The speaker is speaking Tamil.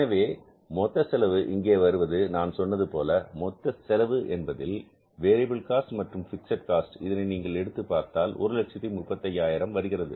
எனவே மொத்த செலவு இங்கே வருவது நான் சொல்வது போல் மொத்த செலவு என்பது வேரியபில் காஸ்ட் மற்றும் பிக்ஸட் காஸ்ட் இதனை நீங்கள் கணக்கிட்டுப் பார்த்தால் மீண்டும் 135000 வருகிறது